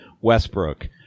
Westbrook